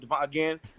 Again